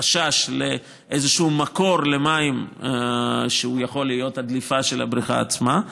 חשש לאיזשהו מקור למים שיכול להיות הדליפה של הבריכה עצמה.